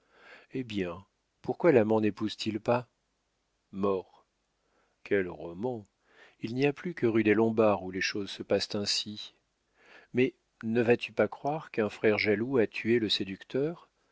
eh bien pourquoi l'amant népouse t il pas mort quel roman il n'y a plus que rue des lombards où les choses se passent ainsi mais ne vas-tu pas croire qu'un frère jaloux a tué le séducteur